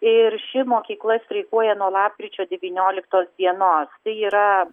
ir ši mokykla streikuoja nuo lapkričio devynioliktos dienos tai yra